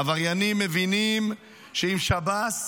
עבריינים מבינים שעם שב"ס